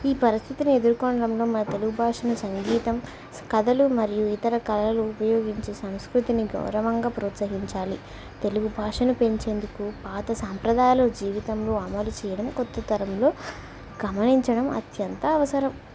ఈ పరిస్థితిని ఎదుర్కొనడంలో మన తెలుగు భాషను సంగీతం కథలు మరియు ఇతర కళలు ఉపయోగించి సంస్కృతిని గౌరవంగా ప్రోత్సహించాలి తెలుగు భాషను పెంచేందుకు పాత సంప్రదాయాలు జీవితంలో అమరు చెయ్యడం కొత్త తరంలో గమనించడం అత్యంత అవసరం